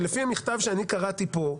שלפי המכתב שאני קראתי פה,